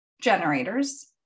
generators